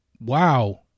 wow